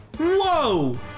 Whoa